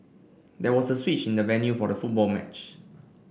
there was a switch in the venue for the football match